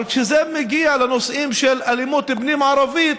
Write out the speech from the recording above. אבל כשזה מגיע לנושאים של אלימות פנים-ערבית